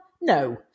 No